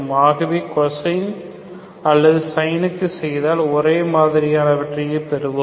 ஆகவே cosine அல்லது sine க்கு செய்தால் ஒரே மாதிரியானவற்றையே பெறுவோம்